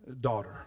daughter